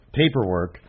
paperwork